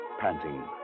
panting